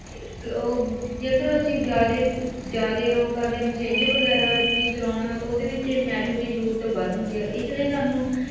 ਕ ਉਹ ਜੇਕਰ ਅਸੀਂ ਜ਼ਿਆਦਾ ਜ਼ਿਆਦਾ ਉਹ ਕਰਦੇ ਹਾਂ ਮਸੇਨਜਰ ਵਗੈਰਾ ਅਸੀਂ ਚਲਾਉਂਦੇ ਹਾਂ ਤਾਂ ਉਹਦੇ ਵਿੱਚ ਨੈੱਟ ਦੀ ਜ਼ਰੂਰਤ ਵੱਧ ਹੁੰਦੀ ਹੈ ਇਸ ਲਈ ਸਾਨੂੰ